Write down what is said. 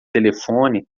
telefone